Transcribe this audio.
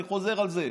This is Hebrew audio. אני חוזר על זה: